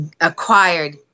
acquired